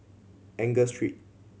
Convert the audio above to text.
Angus Street